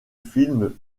film